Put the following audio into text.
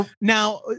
Now